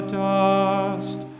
dust